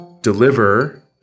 deliver